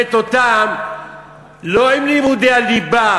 מממנת אותם לא עם לימודי הליבה,